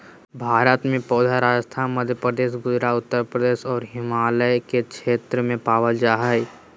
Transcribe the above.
भारत में पौधा राजस्थान, मध्यप्रदेश, गुजरात, उत्तरप्रदेश आरो हिमालय के क्षेत्र में पावल जा हई